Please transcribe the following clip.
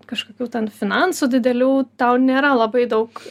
kažkokių ten finansų didelių tau nėra labai daug